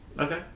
Okay